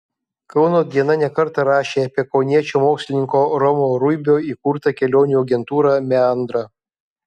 kauno diena ne kartą rašė apie kauniečio mokslininko romo ruibio įkurtą kelionių agentūrą meandra